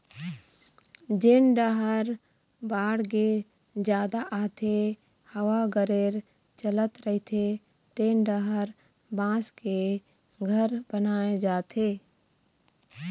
जेन डाहर बाड़गे जादा आथे, हवा गरेर चलत रहिथे तेन डाहर बांस के घर बनाए जाथे